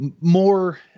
more